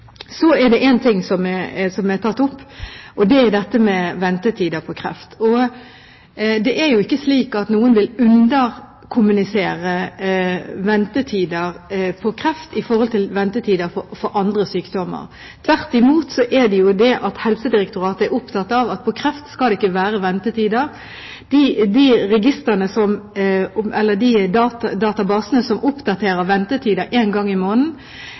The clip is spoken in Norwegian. er ventetider og kreft. Det er ikke slik at noen vil underkommunisere ventetider i forbindelse med kreft sammenlignet med ventetider for andre sykdommer. Tvert imot er det slik at Helsedirektoratet er opptatt av at det ikke skal være ventetider når det gjelder kreft. De databasene som oppdaterer ventetider en gang i måneden,